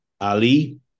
Ali